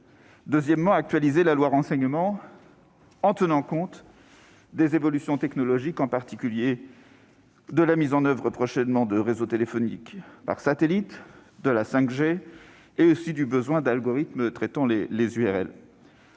prévoit d'actualiser la loi Renseignement en tenant compte des évolutions technologiques, en particulier la mise en oeuvre prochaine des réseaux téléphoniques par satellite et de la 5G, mais aussi du besoin d'algorithmes traitant les URL.